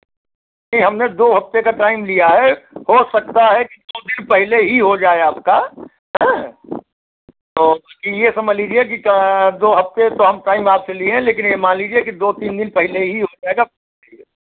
देखिए हमने दो हफ़्ते का टाइम लिया है हो सकता कि दो दिन पहले ही हो जाय आपका आयँ तो ये समझ लीजिए कि दो हफ़्ते तो हम टाइम आप से लिए है लेकिन ये मान लीजिए कि दो तीन दिन पहले ही हो जाएगा